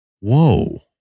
Whoa